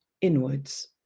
inwards